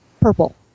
purple